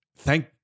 thank